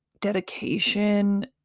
Dedication